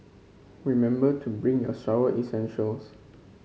remember to bring your shower essentials